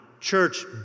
church